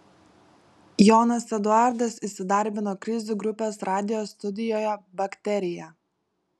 jonas eduardas įsidarbino krizių grupės radijo studijoje bakterija